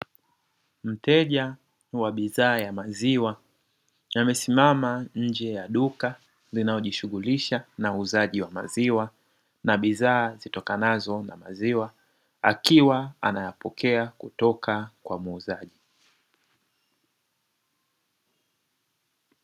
Mteja wa bidhaa ya maziwa amesimama nje ya duka linalojishughulisha na uuzaji wa maziwa na bidhaa zitokanazo na maziwa, akiwa anayapokea kutoka kwa muuzaji.